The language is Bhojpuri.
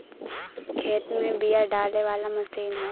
खेत में बिया डाले वाला मशीन हौ